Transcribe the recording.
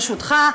ברשותך.